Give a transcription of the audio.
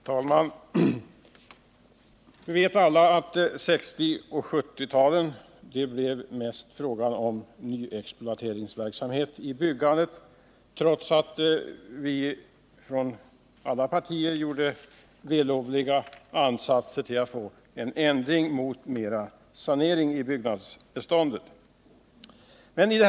Herr talman! När det gäller byggandet vet vi alla att det under 1960 och 1970-talet mest blev fråga om nyexploateringsverksamhet, trots att alla partier gjorde vällovliga ansatser för att få till stånd en ökning av byggnadsbeståndets sanering.